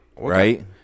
Right